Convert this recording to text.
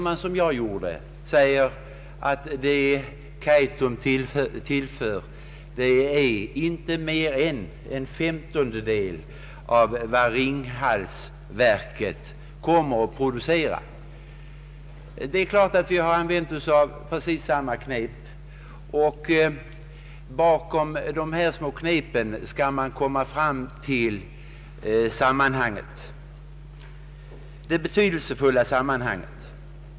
Man säger att det som Kaitum tillför är inte mer än en femtondel av vad Ringhalsverket kom. mer att producera. Det är klart att vi har använt precis samma knep, och bakom dessa knep skall man söka komma fram till det betydelsefulla sammanhanget.